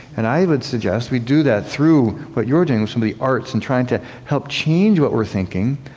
and i would suggest we do that through what you are doing with some of the arts and trying to help change what we are thinking,